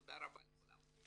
תודה רבה לכולם.